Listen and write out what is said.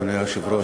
אדוני היושב-ראש,